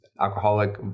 alcoholic